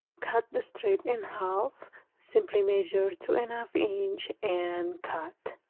cut the strip in half simply measure two and a half inch and cut.